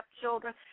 children